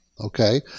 Okay